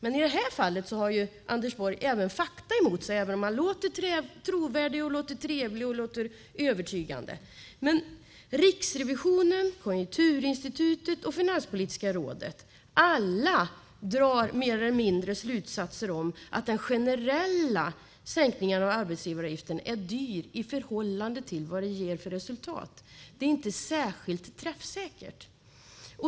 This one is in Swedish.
I detta fall har Anders Borg dock även fakta emot sig, även om han låter trovärdig, trevlig och övertygande. Riksrevisionen, Konjunkturinstitutet och Finanspolitiska rådet drar nämligen alla mer eller mindre slutsatser om att den generella sänkningen av arbetsgivaravgiften är dyr i förhållande till vad den ger för resultat. Det är inte särskilt träffsäkert.